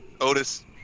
Otis